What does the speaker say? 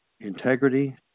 Integrity